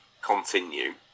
continue